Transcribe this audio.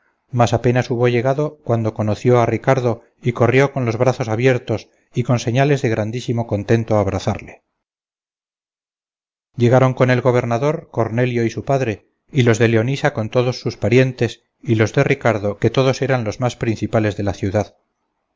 mas apenas hubo llegado cuando conoció a ricardo y corrió con los brazos abiertos y con señales de grandísimo contento a abrazarle llegaron con el gobernador cornelio y su padre y los de leonisa con todos sus parientes y los de ricardo que todos eran los más principales de la ciudad